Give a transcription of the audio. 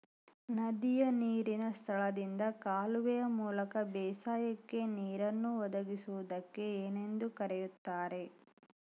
ನದಿಯ ನೇರಿನ ಸ್ಥಳದಿಂದ ಕಾಲುವೆಯ ಮೂಲಕ ಬೇಸಾಯಕ್ಕೆ ನೇರನ್ನು ಒದಗಿಸುವುದಕ್ಕೆ ಏನೆಂದು ಕರೆಯುತ್ತಾರೆ?